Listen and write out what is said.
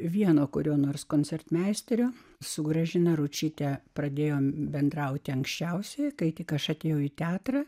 vieno kurio nors koncertmeisterio su gražina ručyte pradėjome bendrauti anksčiausiai kai tik aš atėjau į teatrą